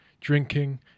Drinking